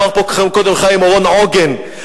אמר פה קודם חיים אורון "עוגן".